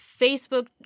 Facebook